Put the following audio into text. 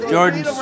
Jordan